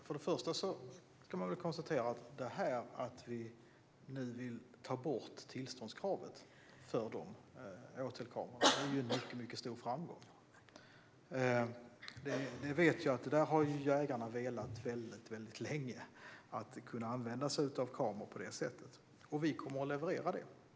Fru talman! Först och främst konstaterar jag att det faktum att vi nu kan ta bort tillståndskravet för åtelkamerorna är en mycket stor framgång. Jägarna har länge velat använda sig av kameror på detta sätt. Vi kommer att leverera detta.